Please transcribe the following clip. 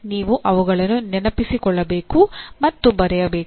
ನೀವು ಅವುಗಳನ್ನು ನೆನಪಿಸಿಕೊಳ್ಳಬೇಕು ಮತ್ತು ಬರೆಯಬೇಕು